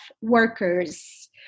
workers